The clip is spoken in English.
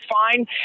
fine